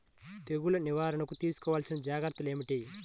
తెగులు నివారణకు తీసుకోవలసిన జాగ్రత్తలు ఏమిటీ?